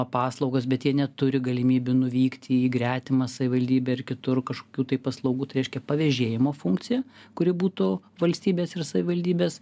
paslaugos bet jie neturi galimybių nuvykti į gretimą savivaldybę ir kitur kažkokių tai paslaugų tai reiškia pavėžėjimo funkcija kuri būtų valstybės ir savivaldybės